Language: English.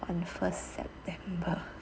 on the first september